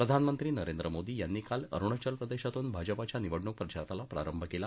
प्रधानमंत्री नरेंद्र मोदी यांनी काल अरुणाचल प्रदेशातून भाजपाच्या निवडणूक प्रचाराला प्रारंभ केला